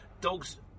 Dogs